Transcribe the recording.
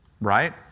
Right